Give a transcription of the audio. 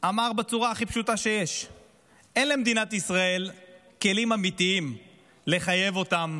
ואמר בצורה הכי פשוטה שיש שאין למדינת ישראל כלים אמיתיים לחייב אותן